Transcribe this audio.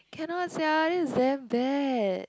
cannot sia this is damn bad